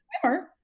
swimmer